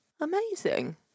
Amazing